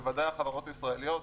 בוודאי החברות הישראליות,